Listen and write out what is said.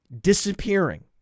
disappearing